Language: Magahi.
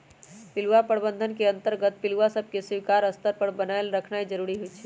पिलुआ प्रबंधन के अंतर्गत पिलुआ सभके स्वीकार्य स्तर पर बनाएल रखनाइ जरूरी होइ छइ